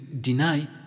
deny